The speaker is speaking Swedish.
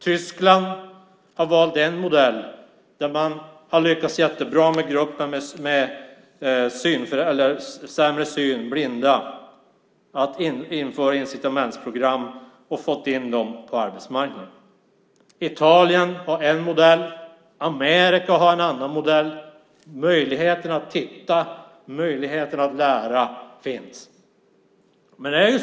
Tyskland har valt en modell där man har lyckats bra med att införa incitamentsprogram för gruppen med sämre syn och blinda och fått in dem på arbetsmarknaden. Italien har en modell. Amerika har en annan modell. Möjligheterna att titta och lära finns.